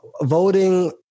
voting